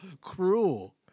cruel